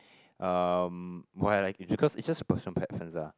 um why I like it because it's just a personal preference ah